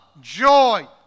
joy